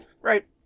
Right